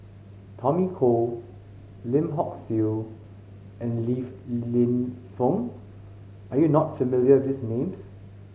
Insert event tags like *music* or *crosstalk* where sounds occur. Tommy Koh Lim Hock Siew and Li *unintelligible* Lienfung are you not familiar these names